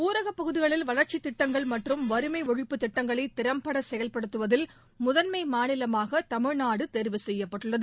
ஊரகப் பகுதிகளில் வளர்ச்சித் திட்டங்கள் மற்றும் வறுமை ஒழிப்புத் திட்டங்களை திறம்பட செயல்படுத்துவதில் முதன்மை மாநிலமாக தமிழ்நாடு தேர்வு செய்யப்பட்டுள்ளது